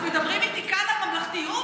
אז מדברים איתי כאן על ממלכתיות?